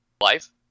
life